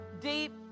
deep